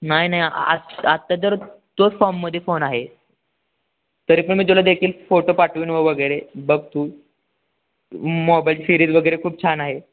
नाही नाही आज आत्ता जर तोच फॉर्ममध्ये फोन आहे तरी पण मी तुला देखील फोटो पाठवून वगैरे बघ तू मोबाईल सिरीज वगैरे खूप छान आहे